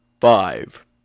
five